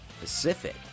Pacific